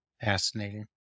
Fascinating